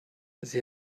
sie